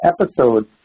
episode